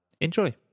enjoy